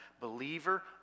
believer